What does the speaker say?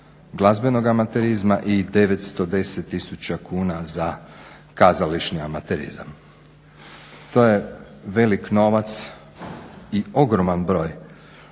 glazbenog amaterizma i 910 tisuća kuna za kazališni amaterizam. To je velik novac i ogroman broj